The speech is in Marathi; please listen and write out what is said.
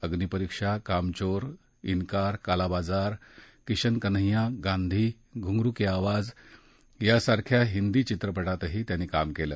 अग्निपरीक्षा कामचोर उकार काला बाजार किशन कन्हैय्या गांधी घूंगरू की आवाज यासारख्या हिंदी चित्रपटातही त्यांनी काम केलं